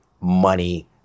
money